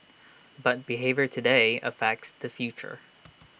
but behaviour today affects the future